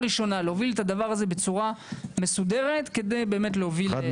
להוביל את הדבר הזה בצורה מסודרת בשנה הראשונה כדי באמת להוביל להצלחה.